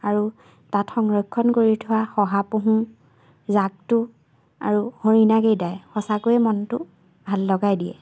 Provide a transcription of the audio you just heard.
আৰু তাত সংৰক্ষণ কৰি থোৱা শহাপহু জাকটো আৰু হৰিণাকেইটাই সঁচাকৈয়ে মনটো ভাল লগাই দিয়ে